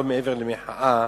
לא מעבר למחאה,